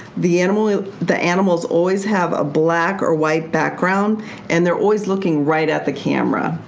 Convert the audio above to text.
the animals the animals always have a black or white background and they're always looking right at the camera.